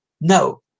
No